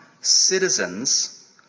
citizens